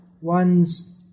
one's